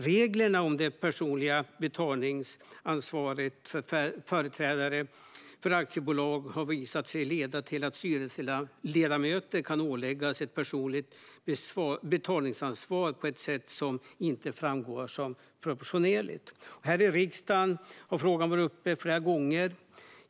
Reglerna för det personliga betalningsansvaret för företrädare för aktiebolag har visat sig leda till att styrelseledamöter kan åläggas ett personligt betalningsansvar på ett sätt som inte framstår som proportionerligt. Här i riksdagen har frågan varit uppe flera gånger.